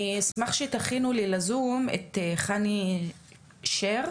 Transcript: אני אשמח שתכינו לי ל-zoom את חני שר,